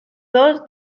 dos